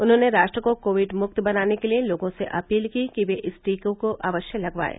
उन्होंने राष्ट्र को कोविड मुक्त बनाने के लिए लोगों से अपील की कि वे इस टीके को अवश्य लगवाएं